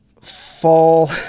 fall